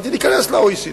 אמרתי: ניכנס ל-OECD,